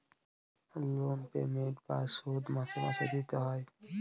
loan payment বা শোধ মাসে মাসে দিতে হয়